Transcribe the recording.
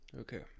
Okay